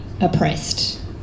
oppressed